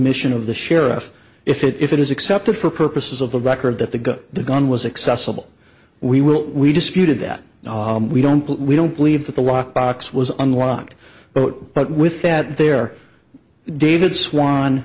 mission of the sheriff if it if it is accepted for purposes of the record that the gun the gun was accessible we will we disputed that we don't put we don't believe that the lock box was unlocked but but with that there david swan